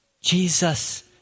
Jesus